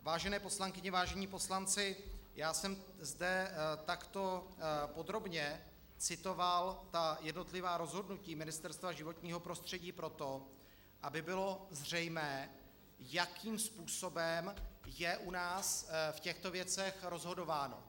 Vážené poslankyně, vážení poslanci, já jsem zde takto podrobně citoval jednotlivá rozhodnutí Ministerstva životního prostředí proto, aby bylo zřejmé, jakým způsobem je u nás v těchto věcech rozhodováno.